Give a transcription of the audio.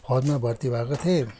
फौजमा भर्ती भएको थिएँ